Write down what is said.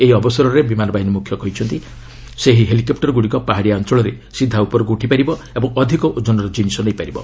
ଏହି ଅବସରରେ ବିମାନ ବାହିନୀ ମୁଖ୍ୟ କହିଛନ୍ତି ଏହି ହେଲିକପ୍ଟରଗୁଡ଼ିକ ପାହାଡ଼ିଆ ଅଞ୍ଚଳରେ ସିଧା ଉପରକୁ ଉଠିପାରିବ ଓ ଅଧିକ ଓଜନର ଜିନିଷ ନେଇପାରିବ